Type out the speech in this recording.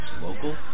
local